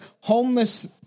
homeless